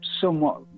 somewhat